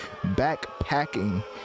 Backpacking